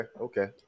okay